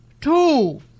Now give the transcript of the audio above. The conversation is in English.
Two